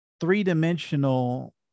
three-dimensional